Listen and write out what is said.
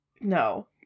No